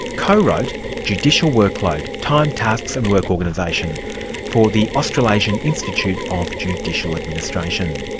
co-wrote judicial workload time, tasks and work organisation for the austral asian institute of judicial administration.